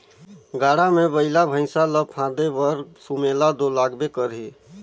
गाड़ा मे बइला भइसा ल फादे बर सुमेला दो लागबे करही